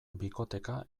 bikoteka